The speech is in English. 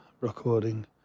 recording